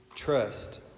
Trust